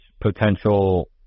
potential